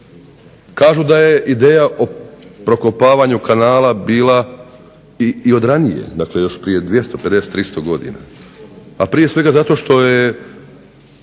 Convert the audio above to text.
Kažu da je ideja o prokopavanju kanala bila i od ranije, dakle još prije 250, 300 godina. A prije svega zato što